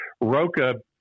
roca